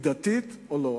מידתית, או לא.